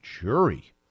jury